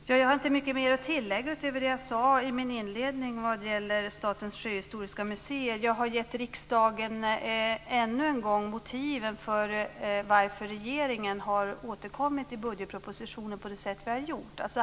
Fru talman! Jag har inte mycket mer att tillägga utöver det jag sade i min inledning vad gäller Statens sjöhistoriska museer. Jag har ännu en gång gett riksdagen motiven till varför regeringen har återkommit i budgetpropositionen på det sätt vi har gjort.